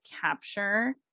capture